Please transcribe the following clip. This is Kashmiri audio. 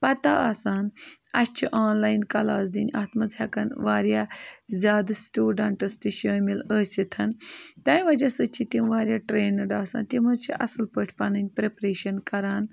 پَتہ آسان اَسہِ چھِ آنلایِن کلاس دِنۍ اَتھ منٛز ہٮ۪کَن واریاہ زیادٕ سٹوڈَنٛٹٕز تہِ شٲمِل ٲسِتھ تَمہِ وجہ سۭتۍ چھِ تِم واریاہ ٹرٛینٕڈ آسان تِم حظ چھِ اَصٕل پٲٹھۍ پَنٕنۍ پرٛٮ۪پریشَن کَران